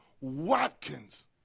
Watkins